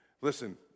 Listen